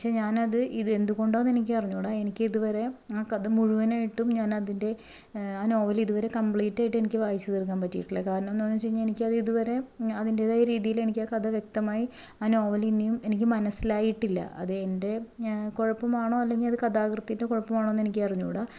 പക്ഷേ ഞാനത് ഇത് എന്തുകൊണ്ടൊണെന്ന് എനിക്കറിഞ്ഞുകൂടാ എനിക്ക് ഇതുവരെ ആ കഥ മുഴുവനായിട്ടും ഞാനതിന്റെ ആ നോവൽ ഇതുവരെ കമ്പ്ലീറ്റ് ആയിട്ട് എനിക്ക് വായിച്ച് തീര്ക്കാന് പറ്റിയിട്ടില്ല കാരണം എന്താണെന്ന് വെച്ചുകഴിഞ്ഞാൽ എനിക്ക് അത് ഇതുവരെ അതിന്റേതായ രീതിയില് എനിക്കാ കഥ വ്യക്തമായി ആ നോവൽ ഇനിയും എനിക്ക് മനസ്സിലായിട്ടില്ല അത് എന്റെ കുഴപ്പമാണോ അല്ലെങ്കിൽ അത് കഥാകൃത്തിന്റെ കുഴപ്പമാണോ എന്ന് എനിക്ക് അറിഞ്ഞുകൂടാ